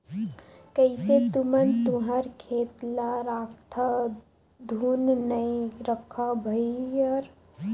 कइसे तुमन तुँहर खेत ल राखथँव धुन नइ रखव भइर?